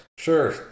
Sure